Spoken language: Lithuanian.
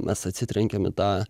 mes atsitrenkiam į tą